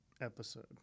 episode